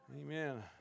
Amen